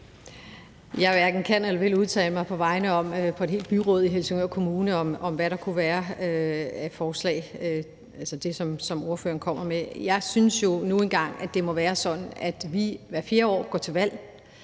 Jeg hverken kan eller vil udtale mig på vegne af et helt byråd i Helsingør Kommune om, hvad der kunne være af forslag, altså af det, som ordføreren kommer med. Jeg synes jo nu en gang, at det må være sådan, at vi hvert fjerde år går til valg,